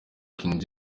king